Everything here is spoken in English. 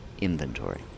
inventory